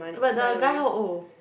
but the guy how old